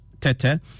Tete